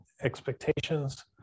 expectations